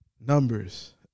numbers